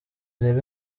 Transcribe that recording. urebe